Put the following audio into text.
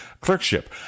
clerkship